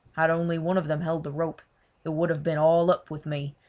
had only one of them held the rope it would have been all up with me,